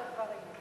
את הדברים.